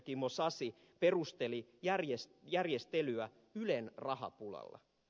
kimmo sasi perusteli järjestelyä ylen rahapulalla